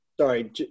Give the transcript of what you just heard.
sorry